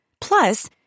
Plus